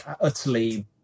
utterly